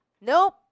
Nope